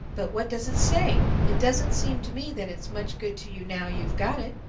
but what does it say? it doesn't seem to me that it's much good to you now you've got it.